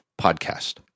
podcast